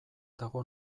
dago